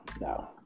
no